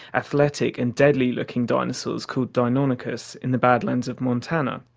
athletic and deadly-looking dinosaurs called deinonychus in the badlands of montana.